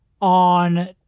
on